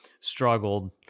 struggled